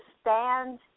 stand